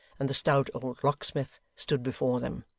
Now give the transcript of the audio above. and the stout old locksmith stood before them.